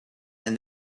and